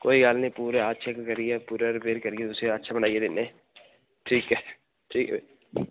कोई गल्ल नेईं पूरा अच्छा करियै पूरा रपेयर करियै तुसेंगी अच्छा बनाई दिन्ने ठीक ऐ ठीक ऐ